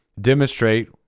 demonstrate